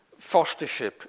fostership